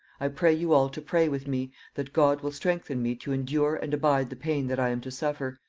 i pray you all to pray with me, that god will strengthen me to endure and abide the pain that i am to suffer,